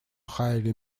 хайле